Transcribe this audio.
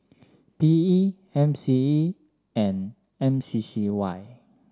P E M C E and M C C Y